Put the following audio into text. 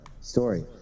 story